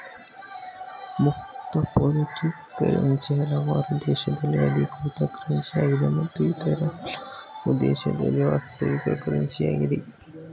ಮುಕ್ತ floating currency ಹಲವಾರು ದೇಶದಲ್ಲಿ ಅಧಿಕೃತ ಕರೆನ್ಸಿಯಾಗಿದೆ ಮತ್ತು ಇತರ ಹಲವು ದೇಶದಲ್ಲಿ ವಾಸ್ತವಿಕ ಕರೆನ್ಸಿ ಯಾಗಿದೆ